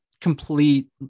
complete